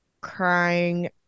crying